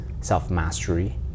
self-mastery